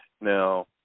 Now